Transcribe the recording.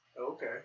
Okay